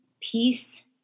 peace